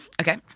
Okay